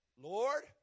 Lord